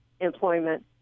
employment